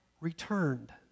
returned